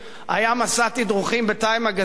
היה מסע תדרוכים ב""TIME מגזין?